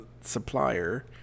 supplier